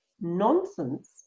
nonsense